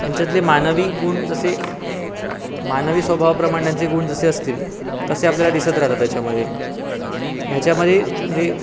त्यांच्यातले मानवी गुण जसे मानवी स्वभावाप्रमाणे त्यांचे गुण जसे असतील तसे आपल्याला दिसत राहतात त्याच्यामध्ये ह्याच्यामध्ये म्हणजे